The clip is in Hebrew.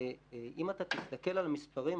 ואם תסתכל על מספרים,